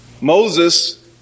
Moses